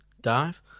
dive